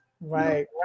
right